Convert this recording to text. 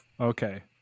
Okay